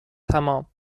تمام